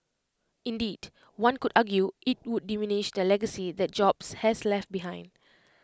indeed one could argue IT would diminish the legacy that jobs has left behind